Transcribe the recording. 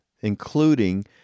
including